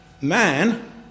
Man